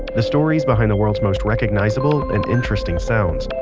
the stories behind the world's most recognizable and interesting sounds.